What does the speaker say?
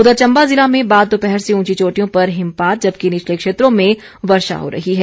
उधर चंबा ज़िला में बाद दोपहर से ऊंची चोटियों पर हिमपात जबकि निचले क्षेत्रों में वर्षा हो रही है